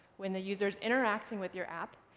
when the user's interacting with your app.